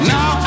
Now